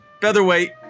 featherweight